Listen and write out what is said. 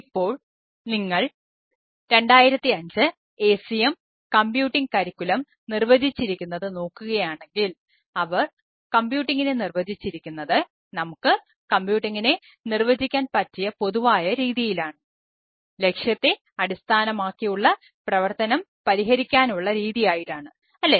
ഇപ്പോൾ നിങ്ങൾ 2005 ACM computing curriculum നിർവചിച്ചിരിക്കുന്നത് നോക്കുകയാണെങ്കിൽ അവർ കമ്പ്യൂട്ടിങ്ങിനെ നിർവചിക്കാൻ പറ്റിയ പൊതുവായ രീതിയിലാണ് ലക്ഷ്യത്തെ അടിസ്ഥാനമാക്കിയുള്ള പ്രവർത്തനം പരിഹരിക്കാനുള്ള രീതി ആയിട്ടാണ് അല്ലേ